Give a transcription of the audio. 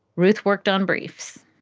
ruth worked on brief's